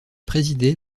présidé